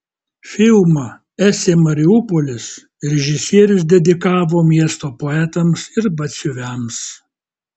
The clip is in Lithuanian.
filmą esė mariupolis režisierius dedikavo miesto poetams ir batsiuviams